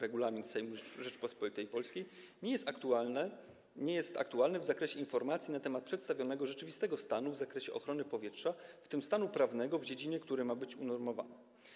Regulamin Sejmu Rzeczypospolitej Polskiej uzasadnienie projektu ustawy nie jest aktualne w zakresie informacji na temat przedstawionego rzeczywistego stanu ochrony powietrza, w tym stanu prawnego, w dziedzinie, która ma być unormowana.